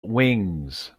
wings